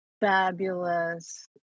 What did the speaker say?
fabulous